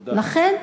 לכן,